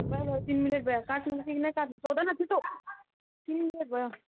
भयो तिन मिनट भयो पाँच मिनट तिमी नकाट्नु सोध न छिटो तिन मिनट भयो